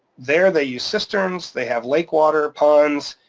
there they use cisterns, they have lake water, ponds,